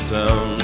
town